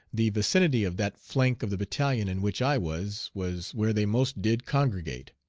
the vicinity of that flank of the battalion in which i was, was where they most did congregate.